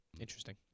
Interesting